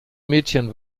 mädchen